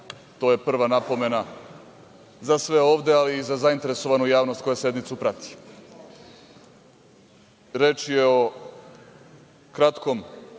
To je prva napomena za sve ovde, ali i za zainteresovanu javnost koja sednicu prati. Reč je o kratkom